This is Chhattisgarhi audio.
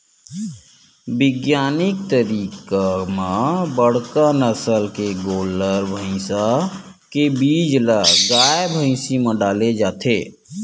बिग्यानिक तरीका म बड़का नसल के गोल्लर, भइसा के बीज ल गाय, भइसी म डाले जाथे